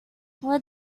what